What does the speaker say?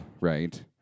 right